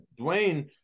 Dwayne